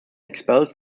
expelled